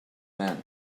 man